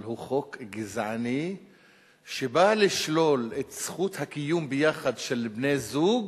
אבל הוא חוק גזעני שבא לשלול את זכות הקיום ביחד של בני-זוג